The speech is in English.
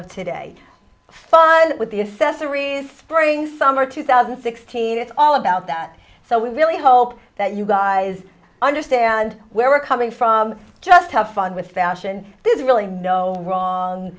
of today fun with the assessor ease spring summer two thousand and sixteen it's all about that so we really hope that you guys understand where we're coming from just have fun with fashion this is really no wrong